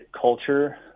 culture